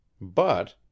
but